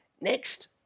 Next